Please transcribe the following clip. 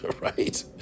right